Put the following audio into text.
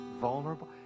vulnerable